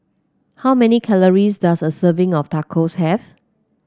how many calories does a serving of Tacos have